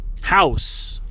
house